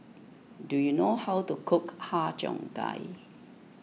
do you know how to cook Har Cheong Gai